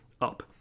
up